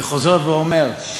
אני חוזר ואומר,